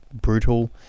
brutal